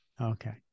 Okay